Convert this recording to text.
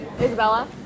Isabella